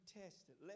tested